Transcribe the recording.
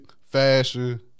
fashion